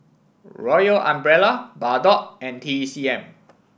Royal Umbrella Bardot and T C M